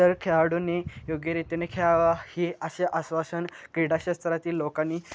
तर खेळाडूने योग्यरीतीने खेळावा हे असे अश्वासन क्रीडाशास्त्रातील लोकांनी